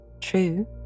True